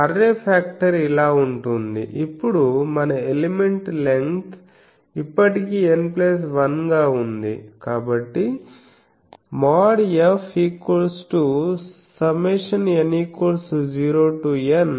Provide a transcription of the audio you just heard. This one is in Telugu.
అర్రే ఫాక్టర్ అలా ఉంటుంది ఇప్పుడు మన ఎలిమెంట్ లెంగ్త్ ఇప్పటికీ N1 గా ఉంది